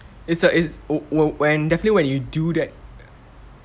it's a it's whe~ whe~ when definitely when you do that